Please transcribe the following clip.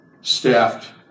staffed